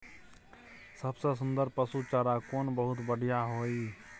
सबसे सुन्दर पसु चारा कोन बहुत बढियां होय इ?